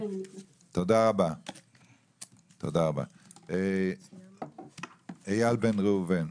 איל בן ראובן,